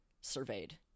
surveyed